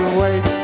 wait